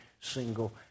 single